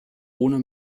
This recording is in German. ohne